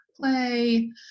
play